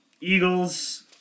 Eagles